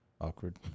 awkward